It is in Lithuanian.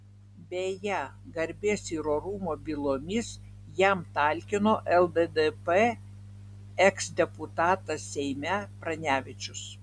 beje garbės ir orumo bylomis jam talkino lddp eksdeputatas seime pranevičius